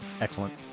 Excellent